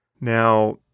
Now